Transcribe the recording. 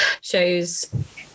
shows